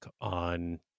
on